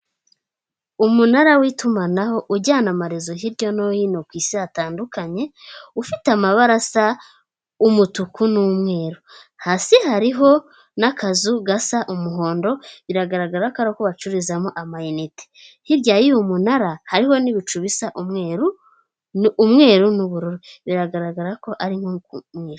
Umunara w'itumanaho ujyana amarezo, hirya no hino ku isi hatandukanye, ufite amabara asa umutuku n'umweru, hasi hariho n'akazu gasa umuhondo biragaragara koko bacururizamo amayinite, hirya y'uyu munara hariho n'ibicu bisa umweru, ni umweru n'ubururi biragaragara ko ari mu ijuru.